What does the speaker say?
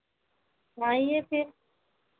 आइए फिर